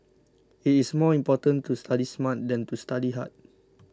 it is more important to study smart than to study hard